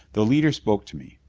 the leader spoke to me.